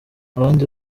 abandi